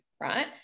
right